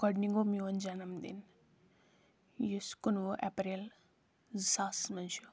گۄڈٕنیُک گوٚو میون جنم دِن یُس کُنوُہ اپریل زٕ ساسس منز چھُ